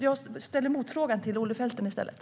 Jag ställer alltså motfrågan till Olle Felten.